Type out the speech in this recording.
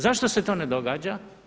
Zašto se to ne događa?